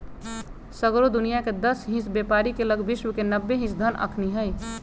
सगरो दुनियाँके दस हिस बेपारी के लग विश्व के नब्बे हिस धन अखनि हई